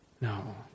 No